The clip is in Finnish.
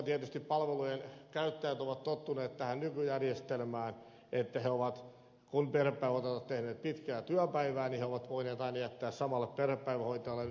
tietysti palvelujen käyttäjät ovat tottuneet nykyjärjestelmään että perhepäivähoitajat ovat tehneet pitkää työpäivää ja vanhemmat ovat voineet aina jättää lapsen samalle perhepäivähoitajalle